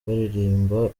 baririmba